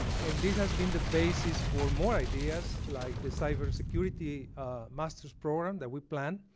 and this has been the basis for more ideas like the cybersecurity master's program that we plan.